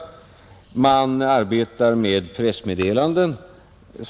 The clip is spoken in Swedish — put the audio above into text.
Den arbetar bl.a. med pressmeddelanden.